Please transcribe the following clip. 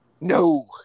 No